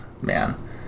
man